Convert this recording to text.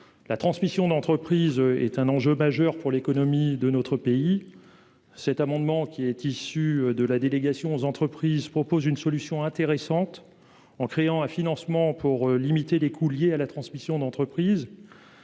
la transmission d'entreprise est un enjeu majeur pour l'économie de notre pays, cet amendement, qui est issu de la délégation aux entreprises propose une solution intéressante en créant à financement pour limiter les coûts liés à la transmission d'entreprise.